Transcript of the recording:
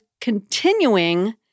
continuing